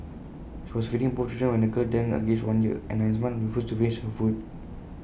she was feeding both children when the girl then aged one year and nine months refused to finish her food